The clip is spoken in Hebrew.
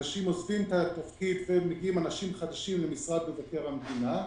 אנשים עוזבים את התפקיד ומגיעים אנשים חדשים למשרד מבקר המדינה,